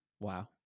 Wow